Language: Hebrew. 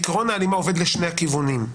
עיקרון ההלימה עובד לשני הכיוונים,